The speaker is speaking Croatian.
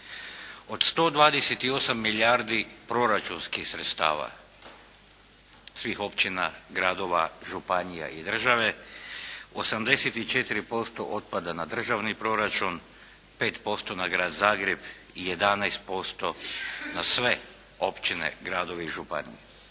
Od 128 milijardi proračunskih sredstava svih općina, gradova, županija i države, 84% otpada na državni proračun, 5% na Grad Zagreb i 11% na sve općine, gradove i županije.